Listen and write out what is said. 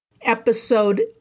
episode